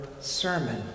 sermon